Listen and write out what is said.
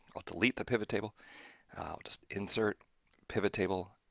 i'll delete the pivot table. i'll just insert pivot table,